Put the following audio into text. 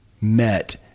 met